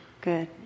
good